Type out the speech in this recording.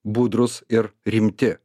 budrūs ir rimti